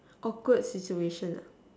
awkward situation ah